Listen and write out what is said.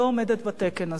לא עומדת בתקן הזה.